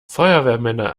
feuerwehrmänner